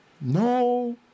No